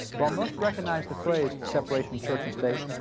while most recognize the phrase, separation church and state,